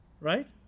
right